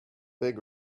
big